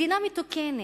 מדינה מתוקנת,